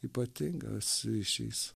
ypatingas ryšys